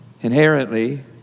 inherently